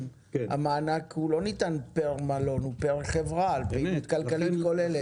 המענק לא ניתן פר מלון אלא פר חברה על פעילות כלכלית כוללת?